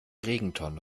regentonne